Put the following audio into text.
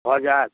भऽ जायत